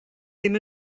ddim